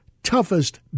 toughest